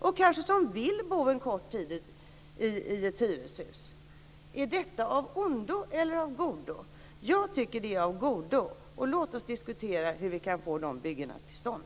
De kanske vill bo en kort tid i ett hyreshus. Är detta av ondo eller av godo? Jag tycker det är av godo. Låt oss diskutera hur vi kan få de byggena till stånd.